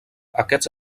aquests